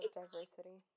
diversity